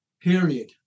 Period